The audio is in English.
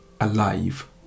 alive